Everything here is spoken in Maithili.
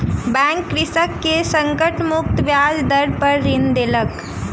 बैंक कृषक के संकट मुक्त ब्याज दर पर ऋण देलक